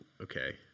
Okay